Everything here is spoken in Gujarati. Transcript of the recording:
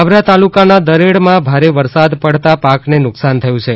બાબરા તાલુકાના દરેડમાં ભારે વરસાદ પડતા પાકને નુકસાન થયું છે